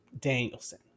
danielson